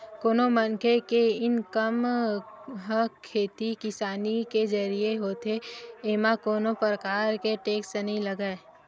कोनो मनखे के इनकम ह खेती किसानी के जरिए होथे एमा कोनो परकार के टेक्स नइ लगय